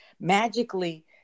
magically